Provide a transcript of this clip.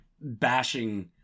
bashing